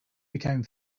became